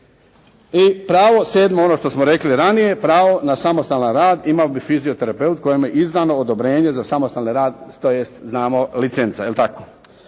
I pravo sedmo ono što smo rekli ranije, pravo na samostalan rad imao bi fizioterapeut kojemu je izdano odobrenje za samostalni rad, tj. znamo licenca.